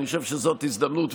אני חושב שזאת הזדמנות,